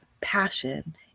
passion